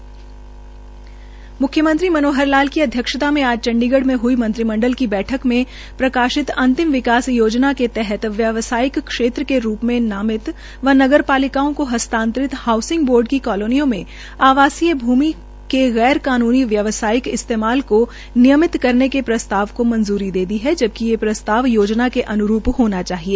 म्ख्यमंत्री मनोहर लाल की अध्क्षयता में आज चंडीगाढ़ में हई मंत्रिमंडल की बैठक में प्रकाशित अंतिम विकास योजा के तहत व्यवसायिक क्षेत्र के रूप में नामित व नगर पालिकाओं को हस्तांतरित हाऊसिंग बोर्ड की कालोनियों में अवासीय भूमि गैर कानूनी व्यावसायिक इस्तेमाल के नियमित करने के प्रस्ताव को मंजूरी दे दी है जबकि ये प्रस्ताव योजना के अनुरूप होना चाहिए